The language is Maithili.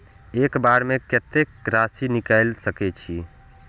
एक बार में कतेक राशि निकाल सकेछी?